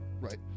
right